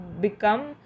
become